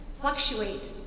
fluctuate